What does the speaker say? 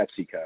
PepsiCo